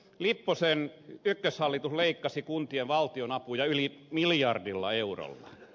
lipposen ykköshallitus leikkasi kuntien valtionapuja yli miljardilla eurolla